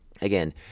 Again